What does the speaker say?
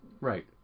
right